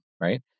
right